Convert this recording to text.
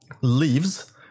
leaves